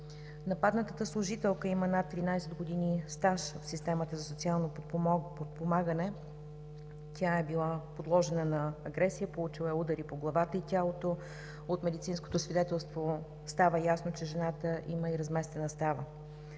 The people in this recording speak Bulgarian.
Нападнатата служителка има над 13 години стаж в системата за социално подпомагане, тя е била подложена на агресия – получила е удари по главата и тялото. От медицинското свидетелство става ясно, че жената има и разместена става.